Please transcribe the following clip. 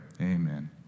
Amen